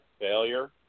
failure